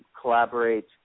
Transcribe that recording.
collaborate